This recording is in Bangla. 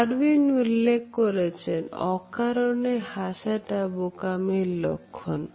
ডারউইন উল্লেখ করেছেন অকারনে হাসা টা বোকামির লক্ষণ